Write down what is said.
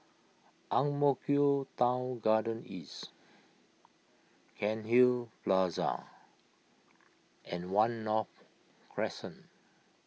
Ang Mo Kio Town Garden East Cairnhill Plaza and one North Crescent